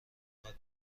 فقط